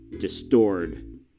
distorted